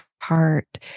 heart